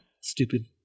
Stupid